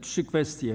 Trzy kwestie.